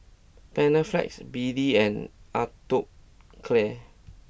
Panaflex B D and Atopiclair